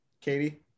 Katie